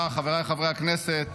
חבריי חברי הכנסת,